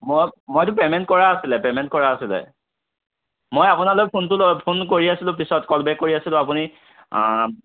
মই মইতো পে'মেণ্ট কৰা আছিলে পে'মেণ্ট কৰা আছিলে মই আপোনালৈ ফোনটো লগা ফোন কৰি আছিলোঁ পিছত কল বেক কৰি আছিলোঁ আপুনি